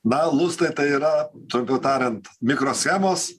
na lustai tai yra trumpiau tariant mikroschemos